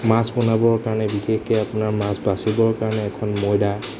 মাছ বনাবৰ কাৰণে বিশেষকৈ আপোনাৰ মাছ বাচিবৰ কাৰণে এখন ময়দা